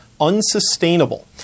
unsustainable